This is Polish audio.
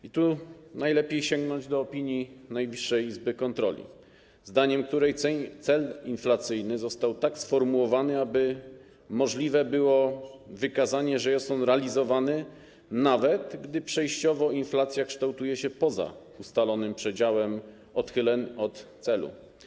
I tu najlepiej sięgnąć do opinii Najwyższej Izby Kontroli, zdaniem której cel inflacyjny został tak sformułowany, aby możliwe było wykazanie, że jest on realizowany nawet wtedy, gdy przejściowo inflacja kształtuje się poza ustalonym przedziałem odchyleń od celu.